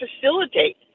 facilitate